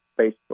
Facebook